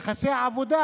יחסי עבודה,